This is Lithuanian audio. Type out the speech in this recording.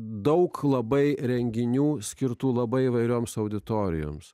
daug labai renginių skirtų labai įvairioms auditorijoms